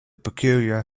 peculiar